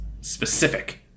specific